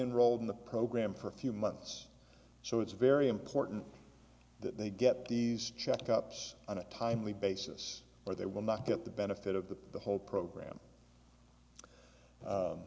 enroll in the program for a few months so it's very important that they get these checkups on a timely basis or they will not get the benefit of the whole program